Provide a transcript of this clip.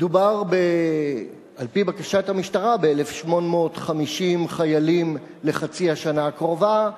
מדובר על-פי בקשת המשטרה ב-1,850 חיילים לחצי השנה הקרובה,